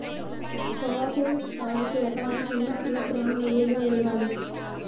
పొగాకు సాగుకు ఎకరానికి ఎన్ని కిలోగ్రాముల యూరియా వేయాలి?